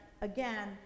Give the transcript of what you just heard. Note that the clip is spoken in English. again